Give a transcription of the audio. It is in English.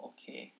Okay